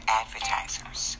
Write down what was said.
advertisers